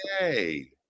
Yay